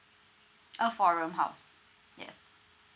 a four room house yes